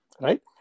Right